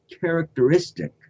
characteristic